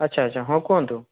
ଆଚ୍ଛା ଆଚ୍ଛା ହଁ କୁହନ୍ତୁ